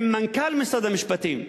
עם מנכ"ל משרד המשפטים.